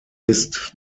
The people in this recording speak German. ist